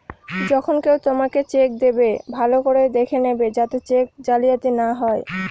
যখন কেউ তোমাকে চেক দেবে, ভালো করে দেখে নেবে যাতে চেক জালিয়াতি না হয়